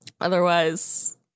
Otherwise